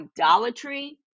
idolatry